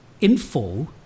info